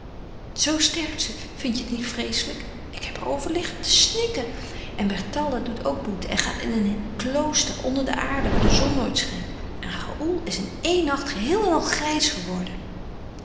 sterft ze vindt je het niet vreeselijk ik heb er over liggen te snikken en berthalda doet ook boete en gaat in een klooster onder de aarde waar de zon nooit schijnt en raoul is in éen nacht geheel en al grijs geworden